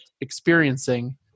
experiencing